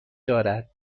دارد